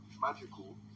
Magical